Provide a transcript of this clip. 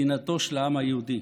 מדינתו של העם היהודי.